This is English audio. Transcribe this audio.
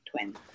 twins